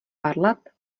varlat